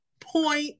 point